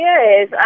Yes